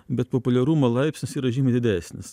bet populiarumo laipsnis yra žymiai didesnis